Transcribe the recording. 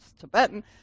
Tibetan